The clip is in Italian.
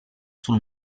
sul